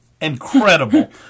incredible